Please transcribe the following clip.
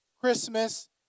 Christmas